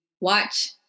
watch